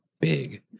big